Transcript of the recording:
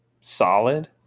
solid